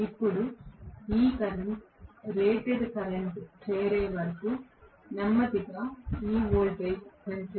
ఇప్పుడు ఈ current rated current చేరే వరకు నెమ్మదిగా ఈ వోల్టేజ్ పెంచడం